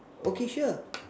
okay sure